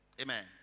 Amen